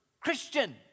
Christian